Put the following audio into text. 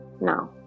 Now